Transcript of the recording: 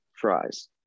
fries